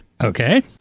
Okay